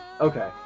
Okay